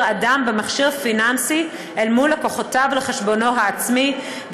אדם במכשיר פיננסי אל מול לקוחותיו לחשבונו העצמי,